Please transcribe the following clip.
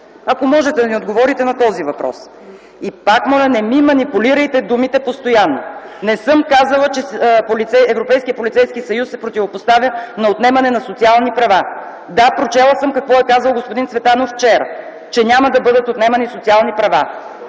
Ако можете да ни отговорите на този въпрос. И пак моля – не ми манипулирайте думите постоянно! Не съм казала, че Европейският полицейски съюз се противопоставя на отнемане на социални права. Да, прочела съм какво е казал господин Цветанов вчера, че няма да бъдат отнемани социални права,